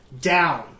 down